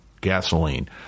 gasoline